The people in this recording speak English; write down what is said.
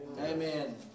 Amen